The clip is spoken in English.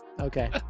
Okay